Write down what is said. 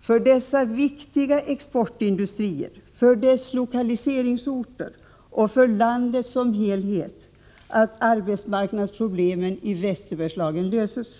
för dessa viktiga exportindustrier, för deras lokaliseringsorter och för landet som helhet att arbetsmarknadsproblemen i västra Bergslagen löses.